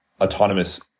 autonomous